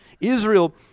Israel